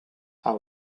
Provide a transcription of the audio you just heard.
how